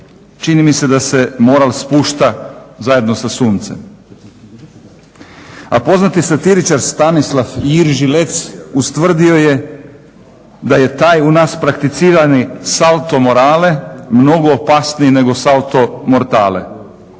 čini mi se da se moral spušta zajedno sa suncem. A poznati satiričar Stanislav Jirži Lec ustvrdio da je taj u nas prakticirani salo morale mnogo opasniji nego salto mortale.